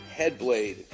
Headblade